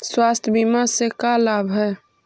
स्वास्थ्य बीमा से का लाभ है?